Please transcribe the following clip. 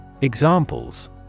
Examples